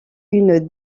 une